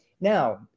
Now